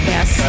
Yes